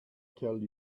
tell